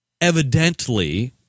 evidently